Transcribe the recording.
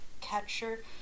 catcher